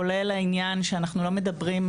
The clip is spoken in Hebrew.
כולל העניין שאנחנו לא מדברים,